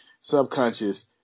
Subconscious